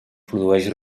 produeix